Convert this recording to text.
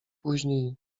później